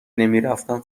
نمیرفتن